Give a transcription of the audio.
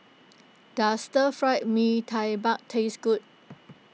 does Stir Fried Mee Tai Mak taste good